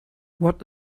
what